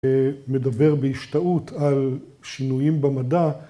‫מדבר בהשתאות על שינויים במדע.